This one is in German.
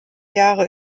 jahre